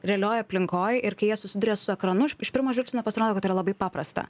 realioj aplinkoj ir kai jie susiduria su ekranu iš iš pirmo žvilgsnio pasirodo tai yra labai paprasta